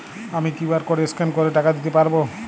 আমি QR code scan করে টাকা দিতে পারবো?